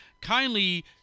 kindly